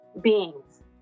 beings